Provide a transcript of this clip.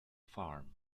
farm